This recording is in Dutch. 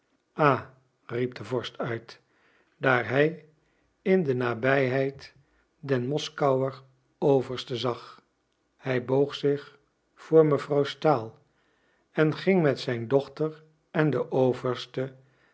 riep de vorst uit daar hij in de nabijheid den moskouer overste zag hij boog zich voor mevrouw stahl en ging met zijn dochter en de overste